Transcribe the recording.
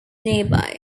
nearby